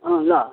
ल